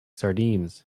sardines